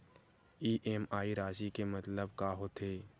EMI राशि के मतलब का होथे?